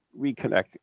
reconnect